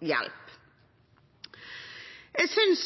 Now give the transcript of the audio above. hjelp. Jeg syns